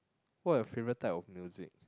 what are your favourite type of music